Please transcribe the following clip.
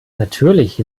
natürlich